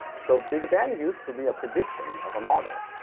so big bang used to be a prediction of a model